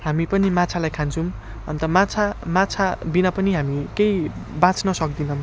हामी पनि माछालाई खान्छौँ अन्त माछा माछाबिना पनि हामी केही बाँच्न सक्दिनौँ